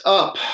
up